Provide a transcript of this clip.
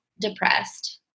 depressed